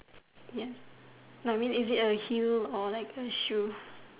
ya no I mean is it a heel or like a shoe